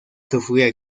sufría